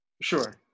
Sure